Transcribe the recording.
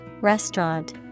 restaurant